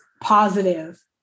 positive